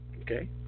Okay